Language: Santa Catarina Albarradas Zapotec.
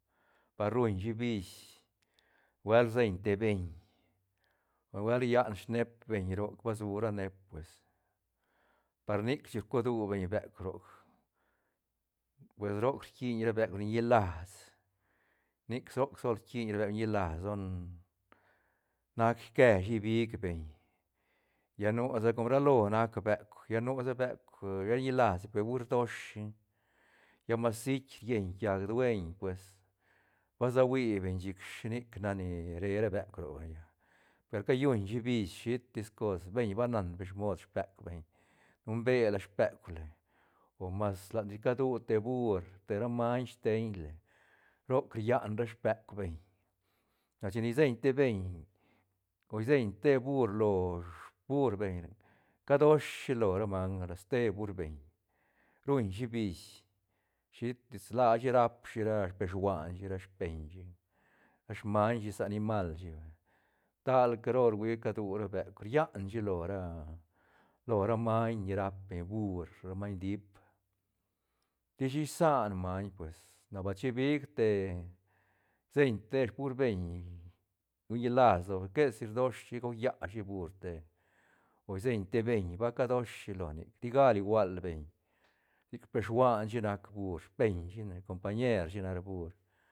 Par ruñshi biis nubuelt rseñ te beñ nubuelt rian sneep beñ roc ba su ra neep pues par nic chic rcua du beñ beuk roc pues rquiñ ra beuk ni ñilas nic roc sol rquin ra buek ñilas don nac iqueshi bing beñ lla nu sa com ralo nac beuk lla nu sa beuk shet ñilas shi pe ru rdosh shi lla mas sit rllien kiaj dueñ pues base hui beñ chic shinic nac ni re beuk roc vaya per callun shi bis shitis cos beñ ba nan smod speuk beñ numbela speuk la o mas lat ni cadu te bur te ra maiñ steiñla roc rian ra speuk beñ lla chine rsen te beñ o iseñ te bur lo spur beñ cadosh shi lo ra manga lo ste bur beñ ruñ shi bis shitis la shi rap rashi ra speshuanshi ra speiñshi ra smaiñ shi sa nimal shi vay tal caro rhui cadu ra beuk rian shilo lo ra- lo ra maiñ ni rap beñ bur maiñ diip tishi isañ maiñ pues na ba chibig te señ ste sbur beñ guñ ñilas lo quesi rdosh shi gauya shi bur ste o señ te beñ ba dosh shi lo nic tigal igual beñ sic speshuanshi nac bur speiñ shine compañer shi nac ra bur.